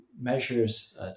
measures